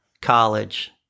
college